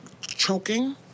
choking